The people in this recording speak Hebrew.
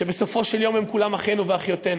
שבסופו של יום הם כולם אחינו ואחיותינו.